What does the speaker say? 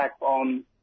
on